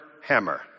hammer